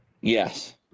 Yes